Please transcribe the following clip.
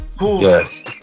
Yes